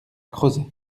crozet